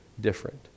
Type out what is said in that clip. different